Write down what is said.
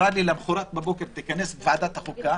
ואמרה לי: תיכנס למחרת לוועדת החוקה,